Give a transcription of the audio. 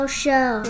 show